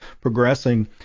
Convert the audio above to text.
progressing